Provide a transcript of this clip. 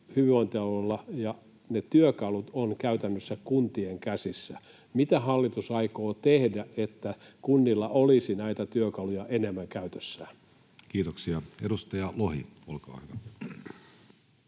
Ne työkalut ovat käytännössä kuntien käsissä. Mitä hallitus aikoo tehdä, että kunnilla olisi näitä työkaluja enemmän käytössään? Kiitoksia. — Edustaja Lohi, olkaa hyvä.